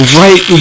right